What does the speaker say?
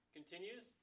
continues